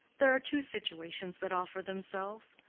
there are two situations that offer themselves.